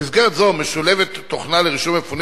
במסגרת זו משולבת תוכנה לרישום מפונים